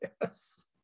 Yes